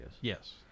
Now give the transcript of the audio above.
Yes